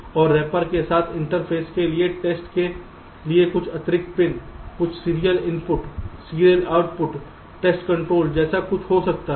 और रैपर के साथ इंटरफेस के लिए टेस्ट के लिए कुछ अतिरिक्त पिन कुछ serial input serial output test control जैसे कुछ हो सकता है